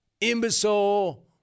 Imbecile